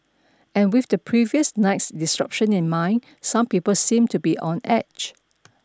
and with the previous night's disruption in mind some people seemed to be on edge